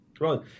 Right